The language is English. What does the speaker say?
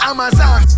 Amazon